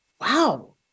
Wow